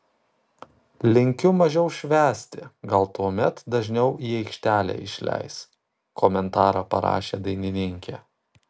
linkiu mažiau švęsti gal tuomet dažniau į aikštelę išleis komentarą parašė dainininkė